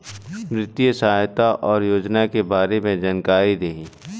वित्तीय सहायता और योजना के बारे में जानकारी देही?